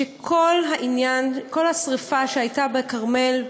שכל העניין, כל השרפה שהייתה בכרמל,